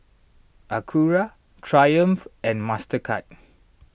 Acura Triumph and Mastercard